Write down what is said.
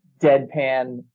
deadpan